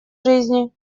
жизни